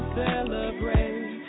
celebrate